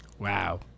Wow